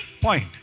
point